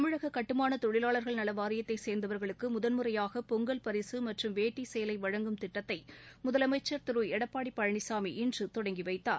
தமிழக கட்டுமான தொழிலாளர்கள் நல வாரியத்தை சேர்ந்தவர்களுக்கு முதன்முறையாக பொங்கல் பரிசு மற்றும் வேட்டி சேலை வழங்கும் திட்டத்தை முதலமைச்சர் திரு எடப்பாடி பழனிசாமி இன்று தொடங்கி வைத்தார்